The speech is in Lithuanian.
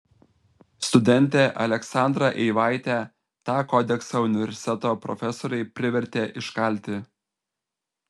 studentę aleksandrą eivaitę tą kodeksą universiteto profesoriai privertė iškalti